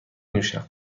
نوشم